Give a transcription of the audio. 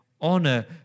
honor